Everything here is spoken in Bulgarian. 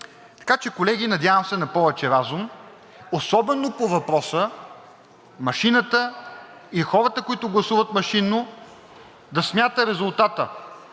Така че, колеги, надявам се на повече разум, особено по въпроса – машината, и хората, които гласуват машинно, да смята резултата.